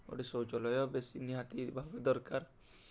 ଆଉ ଗୁଟେ ଶୌଚାଳୟ ବେଶି ନିହାତି ଭାବରେ ଦର୍କାର୍